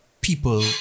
people